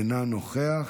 אינו נוכח.